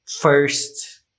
first